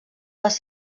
les